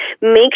make